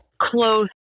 close